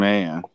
Man